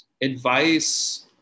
advice